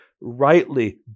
rightly